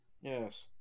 Yes